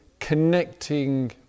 connecting